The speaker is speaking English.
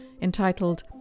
entitled